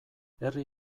herri